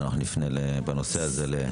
נפנה בנושא הזה בנפרד להדסה.